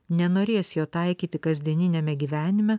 nenorės jo taikyti kasdieniniame gyvenime